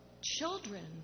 children